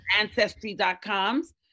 ancestry.coms